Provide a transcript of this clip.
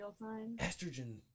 Estrogen